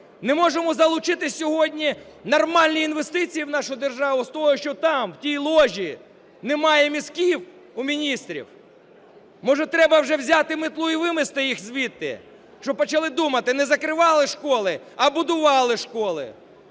Не можемо залучити сьогодні нормальні інвестиції в нашу державу з-за того, що там, в тій ложі немає мізків у міністрів? Може, треба вже взяти мітлу і вимести їх звідти, щоб почали думати? Не закривали школи, а будували школи!